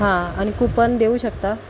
हां आणि कूपन देऊ शकता